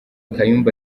kayumba